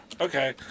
Okay